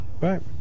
Right